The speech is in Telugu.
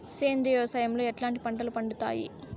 సేంద్రియ వ్యవసాయం లో ఎట్లాంటి పంటలు పండుతాయి